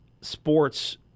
sports